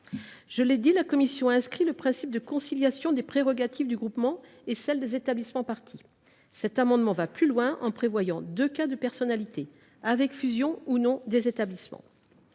Je l’ai souligné, la commission a inscrit le principe de conciliation des prérogatives du groupement et de celles des établissements parties. Dans cet amendement, il est envisagé d’aller plus loin, en prévoyant deux cas de personnalité, avec fusion, ou non, des établissements.